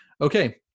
Okay